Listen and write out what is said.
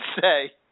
say